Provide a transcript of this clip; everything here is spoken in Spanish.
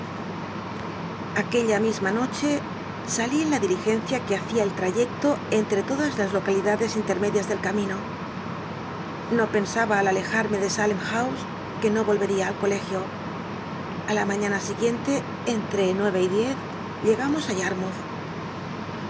aquella misma noche salí eu la diligencia que httcia el trayecto entre todas las localidades intermedias del camino no pensaba al alejarme de salcm lfousc llicno rolvcria al t'olcgio a la maiíana siguiente etllte nu eve y diez ll